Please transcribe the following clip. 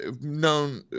known